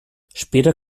später